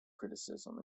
criticism